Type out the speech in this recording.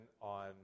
on